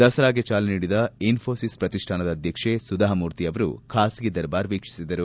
ದಸರಾಗೆ ಚಾಲನೆ ನೀಡಿದ ಇನ್ನೋಸಿಸ್ ಪ್ರತಿಷ್ಟಾನದ ಅಧ್ಯಕ್ಷೆ ಸುಧಾಮೂರ್ತಿ ಅವರು ಖಾಸಗಿ ದರ್ಬಾರ್ ವೀಕ್ಷಿಸಿದರು